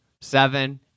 seven